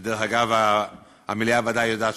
שדרך אגב, המליאה ודאי יודעת